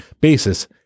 basis